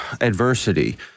adversity